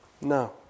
No